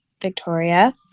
Victoria